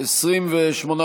אי-אמון בממשלה לא נתקבלה.